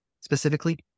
specifically